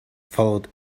followed